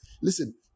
Listen